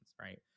right